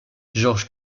george